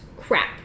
crap